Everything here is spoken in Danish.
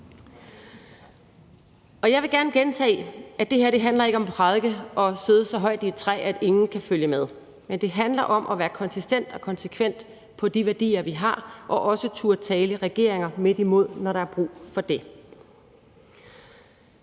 Jeg vil gerne gentage, at det her ikke handler om at prædike og sidde så højt i et træ, at ingen kan følge med. Men det handler om at være konsistent og konsekvent på de værdier, vi har, og også turde tale regeringer midt imod, når der er brug for det.